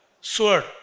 sword